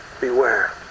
beware